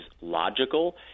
logical